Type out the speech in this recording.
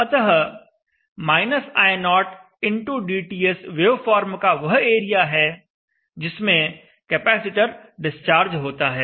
अतः - I0 x dTS waveform का वह एरिया है जिसमें कैपेसिटर डिस्चार्ज होता है